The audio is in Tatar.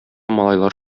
малайлар